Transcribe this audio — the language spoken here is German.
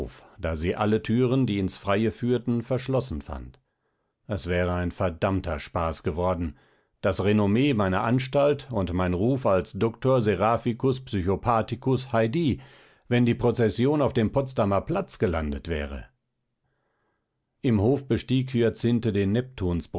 da sie alle türen die ins freie führten verschlossen fand es wäre ein verdammter spaß geworden das renomme meiner anstalt und mein ruf als doctor seraphicus psychopathicus heidi wenn die prozession auf dem potsdamer platz gelandet wäre im hof bestieg hyacinthe den